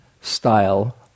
style